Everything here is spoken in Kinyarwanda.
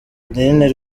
adeline